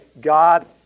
God